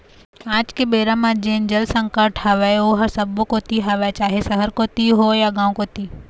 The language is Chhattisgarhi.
आज के बेरा म जेन जल संकट हवय ओहा सब्बो कोती हवय चाहे सहर कोती होय या गाँव कोती